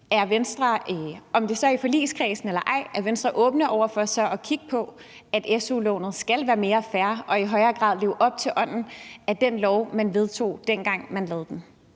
ej – åbne over for at kigge på, at su-lånet skal være mere fair og i højere grad leve op til ånden i den lov, man dengang vedtog?